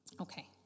Okay